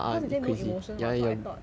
because they say no emotion [what] so I thought